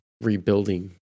rebuilding